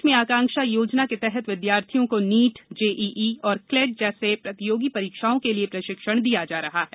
प्रदेश में आकांक्षा योजना के तहत विद्यार्थियों को नीट जेईई और क्लेट जैसी प्रतियोगी परीक्षाओं के लिए प्रशिक्षण दिया जा रहा है